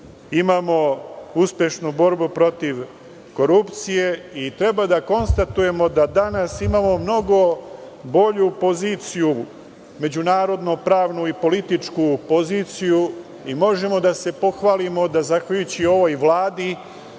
Imamo uspešnu borbu protiv korupcije i treba da konstatujemo da danas imamo mnogo bolju poziciju, međunarodnu pravnu i političku poziciju, i možemo da se pohvalimo da zahvaljujući ovoj vladi